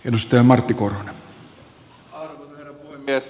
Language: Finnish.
arvoisa herra puhemies